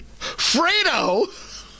Fredo